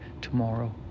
tomorrow